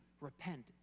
repent